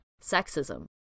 sexism